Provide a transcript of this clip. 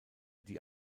die